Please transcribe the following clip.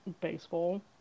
baseball